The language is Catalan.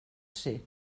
ser